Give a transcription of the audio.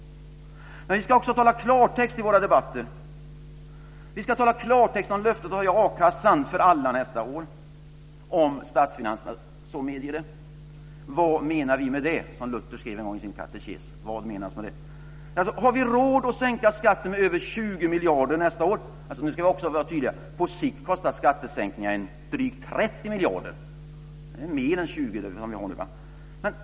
Men vi ska också tala klartext i våra debatter. Vi ska tala klartext om vårt löfte att höja ersättningen från a-kassan för alla nästa år om statsfinanserna så medger. Vad menar vi med det? Som Luther skrev en gång i sin katekes: Vad menas med det? Har vi råd att sänka skatten med 20 miljarder nästa år? Nu ska vi vara tydliga. På sikt kostar skattesänkningen drygt 30 miljarder. Det är mer än de 20 som vi har nu.